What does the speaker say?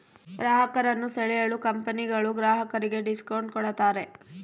ಗ್ರಾಹಕರನ್ನು ಸೆಳೆಯಲು ಕಂಪನಿಗಳು ಗ್ರಾಹಕರಿಗೆ ಡಿಸ್ಕೌಂಟ್ ಕೂಡತಾರೆ